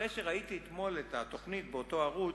אחרי שראיתי אתמול את התוכנית באותו ערוץ,